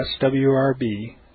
SWRB